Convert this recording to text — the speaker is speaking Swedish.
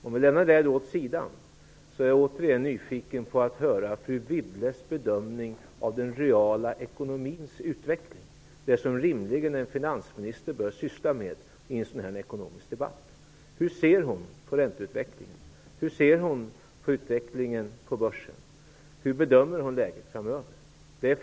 Om vi lämnar detta åt sidan, är jag återigen nyfiken på att höra fru Wibbles bedömning av den reala ekonomins utveckling, dvs. det som en finansminister rimligen bör syssla med i en ekonomisk debatt. Hur ser finansministern på ränteutvecklingen? Hur ser hon på börsens utveckling? Hur bedömer hon läget framöver?